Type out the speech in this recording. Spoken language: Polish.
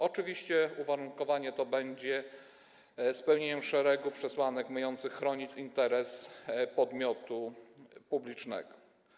Oczywiście uwarunkowanie to będzie spełnieniem szeregu przesłanek mających chronić interes podmiotu publicznego.